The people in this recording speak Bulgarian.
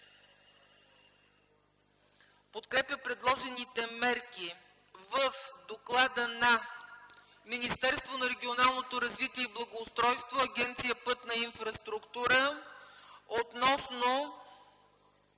„Подкрепя предложените мерки в Доклада на Министерството на регионалното развитие и благоустройството, Агенция „Пътна инфраструктура” относно